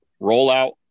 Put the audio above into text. rollout